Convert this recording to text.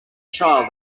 child